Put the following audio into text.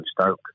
Stoke